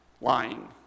lying